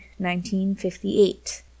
1958